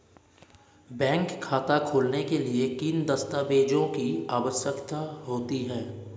Bank खाता खोलने के लिए किन दस्तावेज़ों की आवश्यकता होती है?